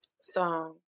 song